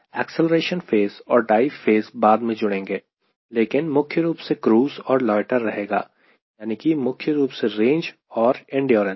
Acceleration phase और dive phase बाद में जुड़ेंगे लेकिन मुख्य रूप से क्रूज़ और लोयटर रहेगा यानी कि मुख्य रूप से रेंज और इंड्योरेन्स